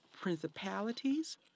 principalities